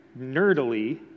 nerdily